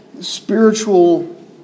spiritual